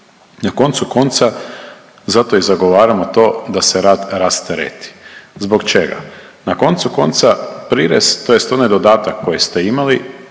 Na koncu konca, zato i zagovaramo to da se rad rastereti. Zbog čega? Na koncu konca, prirez, tj. onaj dodatak koji ste imali